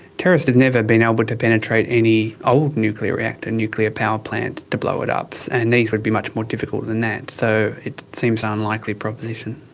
terrorists have never been able to penetrate any old nuclear reactor, nuclear power plant to blow it up, and these would be much more difficult than that, so it seems an unlikely proposition.